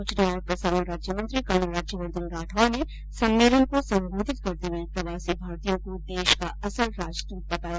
सूचना और प्रसारण राज्य मंत्री कर्नल राज्यवर्द्वन राठौड़ ने सम्मेलन को संबोधित करते हुए प्रवासी भारतीयों को देश का असल राजदूत बताया